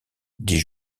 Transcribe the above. dit